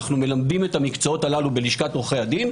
אנחנו מלמדים את המקצועות הללו בלשכת עורכי הדין,